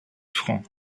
francs